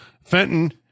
Fenton